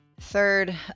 Third